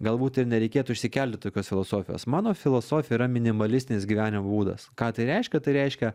galbūt ir nereikėtų išsikelti tokios filosofijos mano filosofija yra minimalistinis gyvenimo būdas ką tai reiškia tai reiškia